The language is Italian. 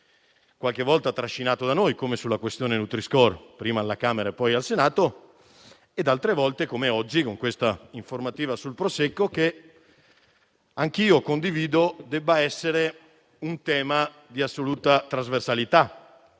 qualche volta trascinato da noi, come sulla questione nutri-score, prima alla Camera e poi al Senato, e anche oggi, con questa informativa sul Prosecco, che condivido debba essere un tema di assoluta trasversalità